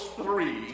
three